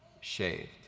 shaved